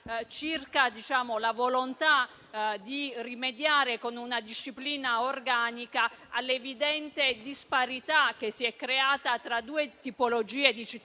circa la volontà di rimediare con una disciplina organica all'evidente disparità creatasi tra due tipologie di cittadini